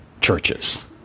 churches